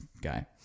guy